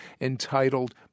entitled